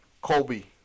colby